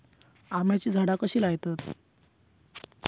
आम्याची झाडा कशी लयतत?